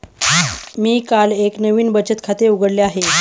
मी काल एक नवीन बचत खाते उघडले आहे